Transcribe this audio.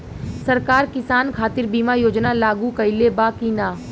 सरकार किसान खातिर बीमा योजना लागू कईले बा की ना?